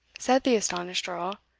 said the astonished earl,